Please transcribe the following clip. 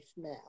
now